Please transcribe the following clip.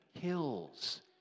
kills